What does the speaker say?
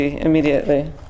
immediately